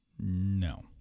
no